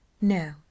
No